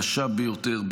קשה ביותר,